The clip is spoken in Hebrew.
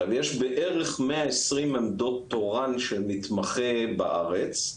יש בערך 120 עמדות תורן של מתמחה בארץ.